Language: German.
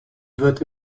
wird